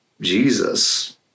Jesus